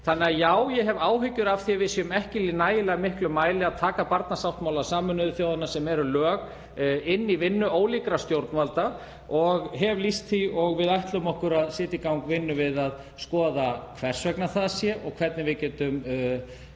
Þannig að já, ég hef áhyggjur af því að við séum ekki í nægilega miklum mæli að taka barnasáttmála Sameinuðu þjóðanna, sem eru lög, inn í vinnu ólíkra stjórnvalda og hef lýst því og við ætlum okkur að setja í gang vinnu við að skoða hvers vegna það sé og hvernig við getum